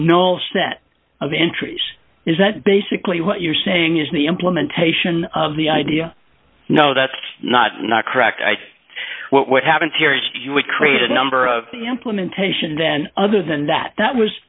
nolle set of entries is that basically what you're saying is the implementation of the idea no that's not not correct what happens here is you would create a number of implementation then other than that that was